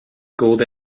gold